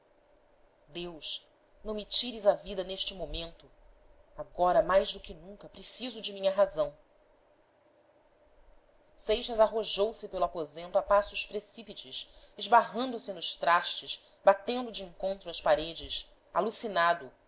deus não me tires a vida neste momento agora mais do que nunca preciso de minha razão seixas arrojou-se pelo aposento a passos precípites esbarrando se nos trastes batendo de encontro às paredes alucinado